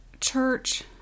church